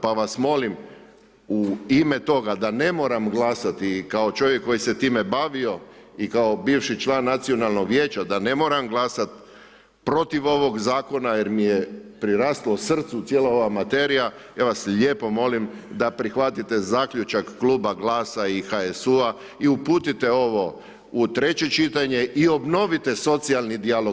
Pa vas molim u ime toga da ne moram glasati kao čovjek koji se time bavio i kao bivši član nacionalnog vijeća, da ne moram glasat protiv ovog zakona jer mi je priraslo srcu cijela ova materija, ja vas lijepo molim da prihvatite zaključak kluba GLAS-a i HSU-a i uputite ovo u treće čitanje i obnovite socijalni dijalog.